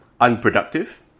Unproductive